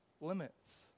limits